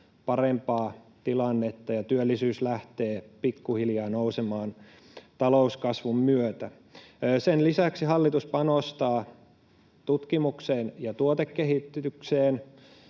parempaa tilannetta, ja työllisyys lähtee pikku hiljaa nousemaan talouskasvun myötä. Sen lisäksi hallitus panostaa tutkimukseen ja tuotekehitykseen